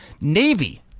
Navy